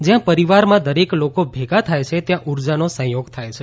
જ્યાં પરિવારમાં દરેક લોકો ભેગા થાય છે ત્યાં ઉર્જાનો સંયોગ થાય છે